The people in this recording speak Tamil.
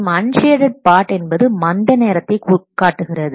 மற்றும் அன்ஷேடட் பார்ட் என்பது மந்த நேரத்தை காட்டுகிறது